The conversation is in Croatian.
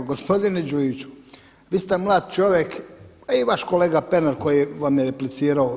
Gospodine Đujiću, vi ste mlad čovjek, a i vaš kolega Pernar koji vam je replicirao.